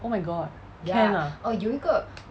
oh my god can ah